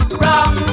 wrong